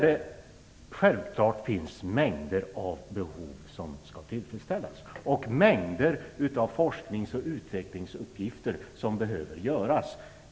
Där finns det mängder av behov som skall tillfredsställas och mängder av forsknings och utvecklingsuppgifter som behöver göras.